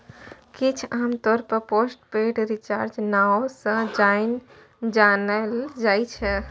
किछ आमतौर पर पोस्ट पेड रिचार्ज नाओ सँ जानल जाइ छै